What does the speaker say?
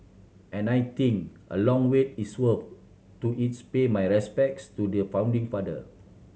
and I think a long wait is worth to its pay my respects to the founding father